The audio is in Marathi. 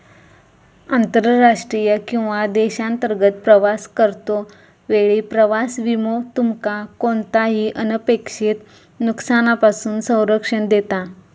आंतरराष्ट्रीय किंवा देशांतर्गत प्रवास करतो वेळी प्रवास विमो तुमका कोणताही अनपेक्षित नुकसानापासून संरक्षण देता